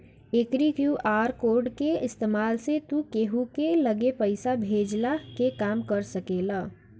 एकरी QR code के इस्तेमाल से तू केहू के लगे पईसा भेजला के काम कर सकेला